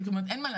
אין מה לעשות,